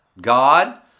God